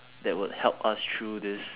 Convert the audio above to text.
that would help us through this